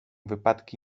wypadki